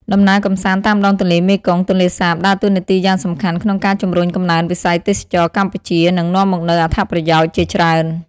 ដំណើរកម្សាន្តតាមដងទន្លេមេគង្គ-ទន្លេសាប ដើរតួនាទីយ៉ាងសំខាន់ក្នុងការជំរុញកំណើនវិស័យទេសចរណ៍កម្ពុជា និងនាំមកនូវអត្ថប្រយោជន៍ជាច្រើន។